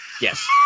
Yes